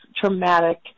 traumatic